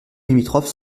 limitrophes